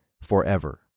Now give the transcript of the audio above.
forever